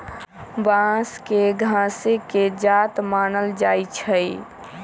बांस के घासे के जात मानल जाइ छइ